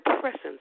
presence